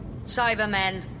Cybermen